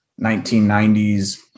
1990s